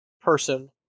person